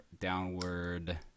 Downward